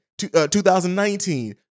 2019